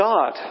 God